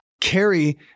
carry